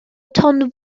tôn